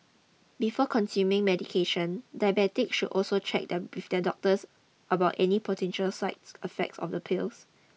before consuming medication diabetics should check doctors about any potential sides effects of the pills